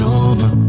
over